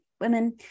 women